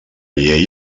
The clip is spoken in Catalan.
llei